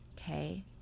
okay